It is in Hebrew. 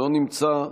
לא נמצא.